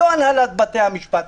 לא הנהלת בתי המשפט.